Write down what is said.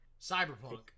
Cyberpunk